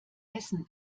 essen